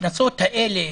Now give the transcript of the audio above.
הקנסות האלה